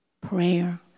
prayer